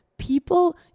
people